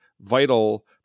vital